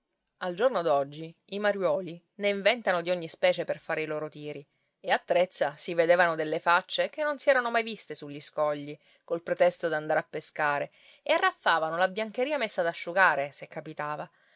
al giorno d'oggi i mariuoli ne inventano di ogni specie per fare i loro tiri e a trezza si vedevano delle facce che non si erano mai viste sugli scogli col pretesto d'andare a pescare e arraffavano la biancheria messa ad asciugare se capitava